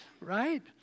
Right